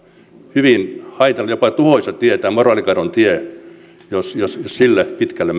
hyvin haitallinen jopa tuhoisa tie jos jos sille tielle pitkälle